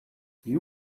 you